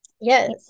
Yes